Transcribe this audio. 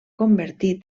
convertir